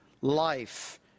life